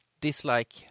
dislike